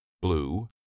blue